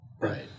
Right